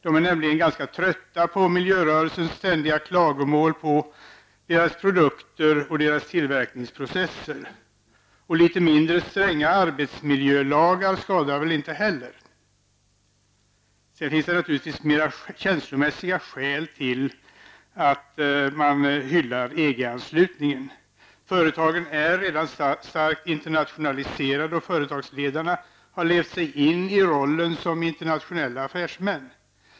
De är nämligen grundligt trötta på miljörörelsens ständiga klagomål både på deras produkter och deras tillverkningsprocesser. Och litet mindre stränga arbetsmiljölagar skadar väl inte heller. Sedan finns det naturligtvis mera känslomässiga skäl för att hylla EG-anslutningen: företagen är redan starkt internationaliserade och företagsledarna har levt sig in i rollen som internationella affärsmän.